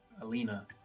Alina